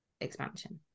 expansion